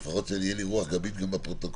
לפחות שתהיה לי רוח גבית גם בפרוטוקול.